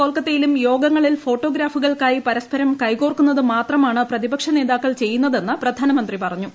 കൊൽക്കത്തയിലും യോഗങ്ങളിൽ ഫോട്ടോഗ്രാഫുകൾക്കായി പരസ്പരം കൈകോർക്കുന്നതുമാത്രമാണ് പ്രതിപക്ഷ നേതാക്കൾ ചെയ്യുന്നതെന്ന് പ്രധാനമന്ത്രി പറഞ്ഞു